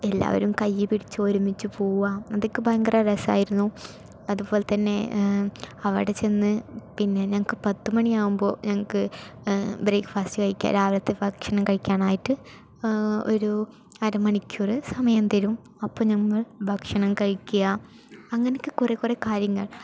എല്ലാവരും കയ്യിൽപ്പിടിച്ച് ഒരുമിച്ച് പോവുകയാണ് അതൊക്കെ ഭയങ്കര രസമായിരുന്നു അതുപോലെത്തന്നെ അവിടെ ചെന്ന് പിന്നെ ഞങ്ങൾക്ക് പത്ത് മണിയാവുമ്പോൾ ഞങ്ങൾക്ക് ബ്രേക്ക്ഫാസ്റ്റ് കഴിക്കാം രാവിലത്തെ ഭക്ഷണം കഴിക്കാനായിട്ട് ഒരു അര മണിക്കൂര് സമയം തരും അപ്പോൾ ഞങ്ങൾ ഭക്ഷണം കഴിക്കുക അങ്ങനെയൊക്കെ കുറേക്കുറേ കാര്യങ്ങൾ